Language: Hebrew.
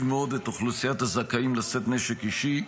מאוד את אוכלוסיית הזכאים לשאת נשק אישי.